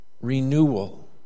renewal